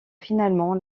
finalement